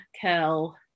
Kell